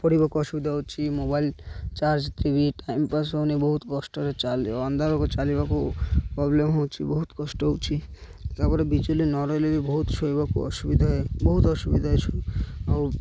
ପଢ଼ିବାକୁ ଅସୁବିଧା ହଉଛି mobile charge T V time pass ହଉନି ବହୁତ କଷ୍ଟରେ ଚାଲି ଅନ୍ଧାରକୁ ଚାଲିବାକୁ ପ୍ରୋବ୍ଲେମ୍ ହଉଛି ବହୁତ କଷ୍ଟ ହଉଛି ତା'ପରେ ବିଜୁଳି ନ ରହିଲେ ବି ବହୁତ ଶୋଇବାକୁ ଅସୁବିଧା ବହୁତ ଅସୁବିଧା ଅଛି ଆଉ